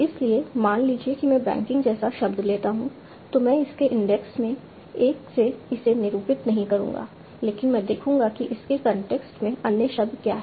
इसलिए मान लीजिए कि मैं बैंकिंग जैसा शब्द लेता हूं तो मैं इसके इंडेक्स में एक से इसे निरूपित नहीं करूंगा लेकिन मैं देखूंगा कि इसके कॉन्टेक्स्ट में अन्य शब्द क्या हैं